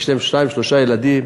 יש להם שניים, שלושה ילדים.